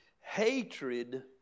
Hatred